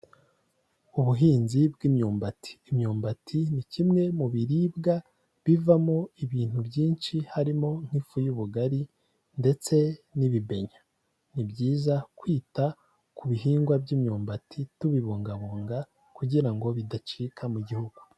Ubuhinzi bw'imyumbati, imyumbati ni kimwe mu biribwa bivamo ibintu byinshi harimo nk'ifu y'ubugari ndetse n'ibibenya, ni byiza kwita ku bihingwa by'imyumbati tubibungabunga kugira ngo bidacika mu gihugu.